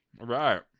right